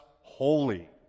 holy